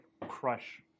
crush